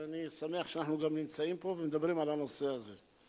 ואני שמח שאנחנו גם נמצאים פה ומדברים על הנושא הזה.